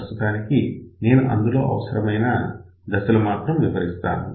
ప్రస్తుతానికి నేను అందులో అవసరమైన దశలు మాత్రం వివరిస్తాను